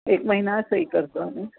एक महिना असंही करतो आम्ही